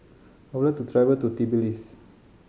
I would like to travel to Tbilisi